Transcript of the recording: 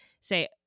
Say